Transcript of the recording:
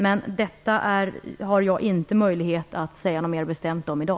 Men detta har jag inte möjlighet att säga något mer bestämt om i dag.